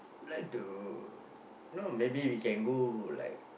like to you know maybe we can go for like